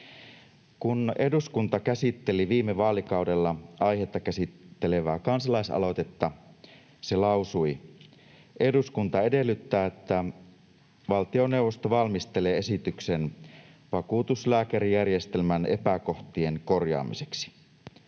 Kun eduskunta käsitteli viime vaalikaudella aihetta käsittelevää kansalaisaloitetta, se lausui: ”Eduskunta edellyttää, että valtioneuvosto valmistelee esityksen vakuutuslääkärijärjestelmän epäkohtien korjaamiseksi.”